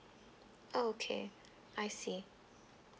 okay I see